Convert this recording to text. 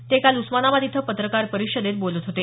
ते काल उस्मानाबाद इथं पत्रकार परिषदेत बोलत होते